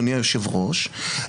אדוני היושב-ראש,